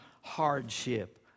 hardship